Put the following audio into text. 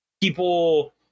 people